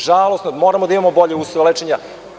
Žalosno je i moramo da imamo bolje uslove lečenja.